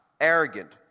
arrogant